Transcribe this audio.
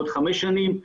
עוד חמש שנים,